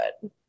good